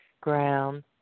Ground